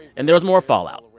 and there was more fallout.